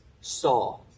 saw